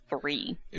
three